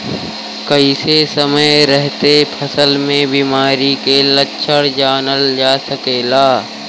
कइसे समय रहते फसल में बिमारी के लक्षण जानल जा सकेला?